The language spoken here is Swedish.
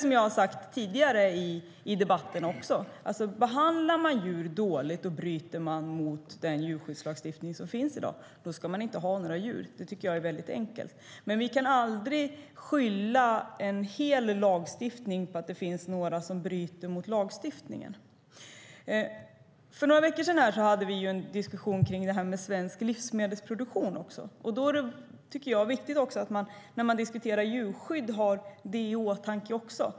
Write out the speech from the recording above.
Som jag sade tidigare i debatten: Behandlar man djur dåligt och bryter mot den djurskyddslagstiftning som finns ska man inte ha några djur. Det är väldigt enkelt. Vi kan aldrig skylla en hel lagstiftning på att det finns några som bryter mot den. För några veckor sedan hade vi en diskussion om svensk livsmedelsproduktion. Det är viktigt att man, när man diskuterar djurskydd, också har det i åtanke.